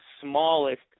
smallest